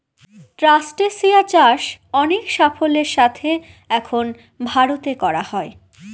ট্রাস্টেসিয়া চাষ অনেক সাফল্যের সাথে এখন ভারতে করা হয়